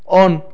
on